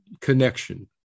connection